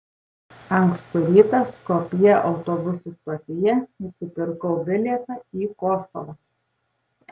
ankstų rytą skopjė autobusų stotyje nusipirkau bilietą į kosovą